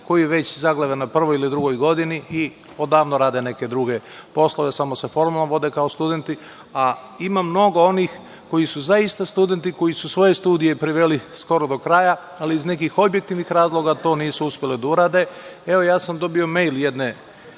koji zaglave već na prvoj ili drugoj godini i odavno rade neke druge poslove, samo se formalno vode kao studenti, a ima mnogo onih koji su zaista studenti koji su svoje studije priveli skoro do kraja, ali iz nekih objektivnih razloga to nisu uspeli da urade. Evo, dobio sam mejl jedne